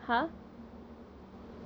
!huh!